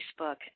Facebook